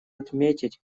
отметить